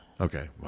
Okay